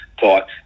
thought